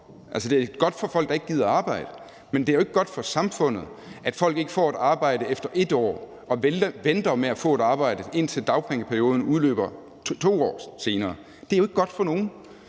det er godt for folk, der ikke gider arbejde, men det er jo ikke godt for samfundet, at folk ikke får et arbejde efter 1 år, og at de venter med at få et arbejde, indtil dagpengeperioden udløber 2 år senere. Det er jo ikke godt for nogen.